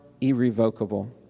irrevocable